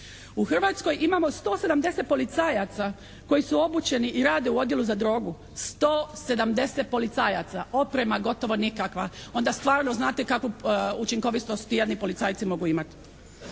U Hrvatskoj imamo 170 policajaca koji su obučeni i rade u odjelu za drogu. 170 policajaca, oprema gotovo nikakva. Onda stvarno znate kako učinkovitost ti jadni policajci mogu imati.